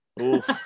oof